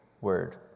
word